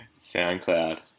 SoundCloud